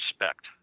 respect